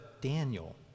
daniel